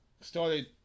started